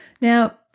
Now